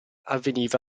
avveniva